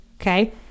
okay